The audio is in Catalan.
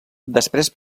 després